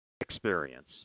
experience